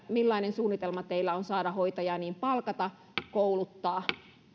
millainen suunnitelma teillä on saada hoitajia ja palkata kouluttaa